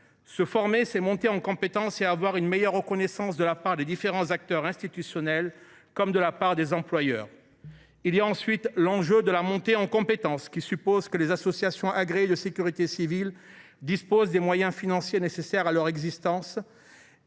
Se former, c’est monter en compétence et obtenir une meilleure reconnaissance de la part des différents acteurs institutionnels comme de la part des employeurs. L’enjeu de la montée en compétences suppose que les associations agréées de sécurité civile disposent des moyens financiers nécessaires à leur existence,